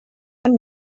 and